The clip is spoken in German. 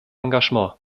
engagement